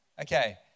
Okay